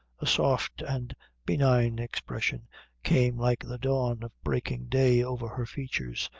a soft and benign expression came like the dawn of breaking day over her features,